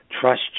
Trust